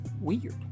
weird